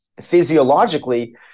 Physiologically